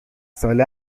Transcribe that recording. ساله